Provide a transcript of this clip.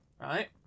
right